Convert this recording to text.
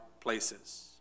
places